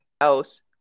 house